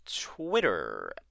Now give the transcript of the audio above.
Twitter